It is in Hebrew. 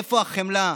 איפה החמלה?